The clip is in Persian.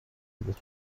بود